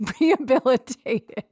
rehabilitated